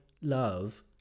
love